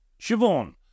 Siobhan